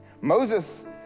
Moses